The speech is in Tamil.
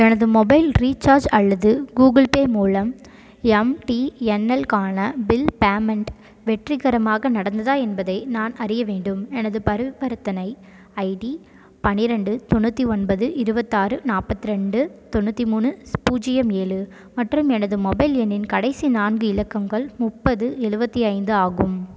எனது மொபைல் ரீசார்ஜ் அல்லது கூகுள் பே மூலம் எம்டிஎன்எல் க்கான பில் பேமெண்ட் வெற்றிகரமாக நடந்ததா என்பதை நான் அறிய வேண்டும் எனது பரிவர்த்தனை ஐடி பனிரெண்டு தொண்ணூற்றி ஒன்பது இருபத்து ஆறு நாற்பது ரெண்டு தொண்ணூற்றி மூணு பூஜ்ஜியம் ஏழு மற்றும் எனது மொபைல் எண்ணின் கடைசி நான்கு இலக்கங்கள் முப்பது எழுவத்தி ஐந்து ஆகும்